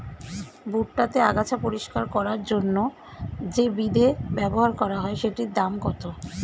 ভুট্টা তে আগাছা পরিষ্কার করার জন্য তে যে বিদে ব্যবহার করা হয় সেটির দাম কত?